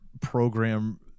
program